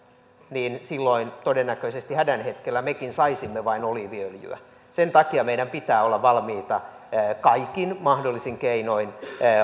niin silloin todennäköisesti hädän hetkellä mekin saisimme vain oliiviöljyä sen takia meidän pitää olla valmiita kaikin mahdollisin keinoin